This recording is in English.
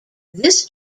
this